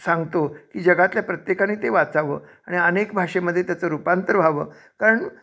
सांगतो की जगातल्या प्रत्येकाने ते वाचावं आणि अनेक भाषेमध्ये त्याचं रूपांतर व्हावं कारण